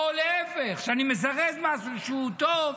או להפך, כשאני מזרז משהו שהוא טוב,